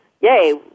Yay